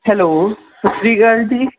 hello ਸਤਿ ਸ਼੍ਰੀ ਅਕਾਲ ਜੀ